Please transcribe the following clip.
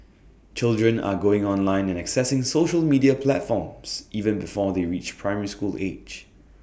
children are going online and accessing social media platforms even before they reach primary school age